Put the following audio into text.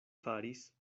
faris